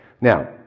Now